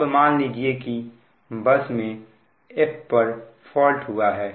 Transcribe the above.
अब मान लीजिए कि बस में F पर फॉल्ट हुआ है